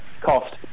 cost